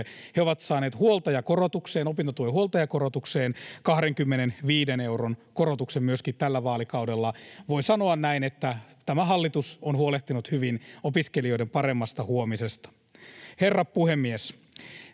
He ovat saaneet opintotuen huoltajakorotukseen 25 euron korotuksen myöskin tällä vaalikaudella. Voi sanoa, että tämä hallitus on huolehtinut hyvin opiskelijoiden paremmasta huomisesta. Herra puhemies!